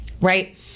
right